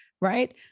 right